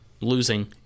losing